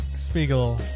Spiegel